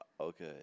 okay